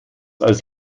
als